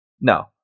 No